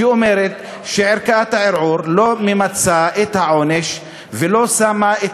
שאומרת שערכאת הערעור לא ממצה את העונש ולא שמה את